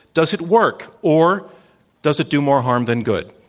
does it work or does it do more harm than good?